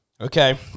Okay